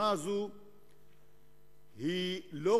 אנו בדיון הזה כבר קרוב לשעתיים.